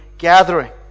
gathering